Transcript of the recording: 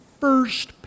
first